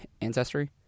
ancestry